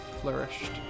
flourished